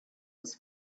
was